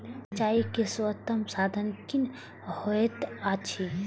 सिंचाई के सर्वोत्तम साधन कुन होएत अछि?